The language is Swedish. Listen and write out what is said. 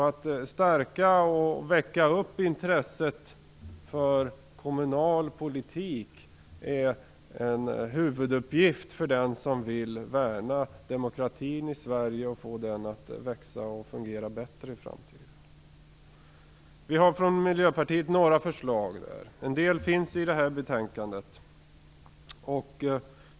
Att stärka och väcka intresset för kommunal politik är en huvuduppgift för den som vill värna demokratin i Sverige och få den att växa och fungera bättre i framtiden. Vi har från Miljöpartiet några förslag. En del finns i detta betänkande.